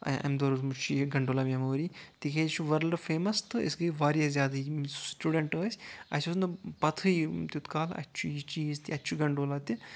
اَمہِ دوہ روٗزمٕژ چھےٚ یہِ گنٛڈولا میٚموری تِکیٚازِ یہِ چُھ ورلڈ فیمس تہٕ أسۍ گٔے واریاہ زیادٕ یِم سُٹیوٗڈیٚنٛٹ ٲسۍ اَسہِ اوس نہٕ پَتھہے تیوٗت کالہٕ اَتہِ چھُ یہِ چیٖز تہِ اَتہِ چھُ گنٛڈولا تہِ